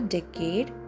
Decade